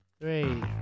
Three